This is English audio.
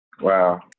Wow